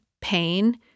pain